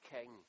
king